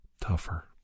tougher